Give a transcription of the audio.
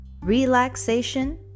Relaxation